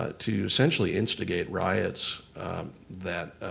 ah to essentially instigate riots that